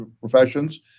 professions